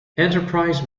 enterprise